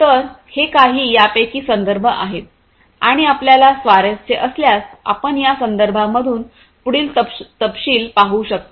तर हे काही यापैकी संदर्भ आहेत आणि आपल्याला स्वारस्य असल्यास आपण या संदर्भांमधून पुढील तपशील पाहू शकता